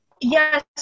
Yes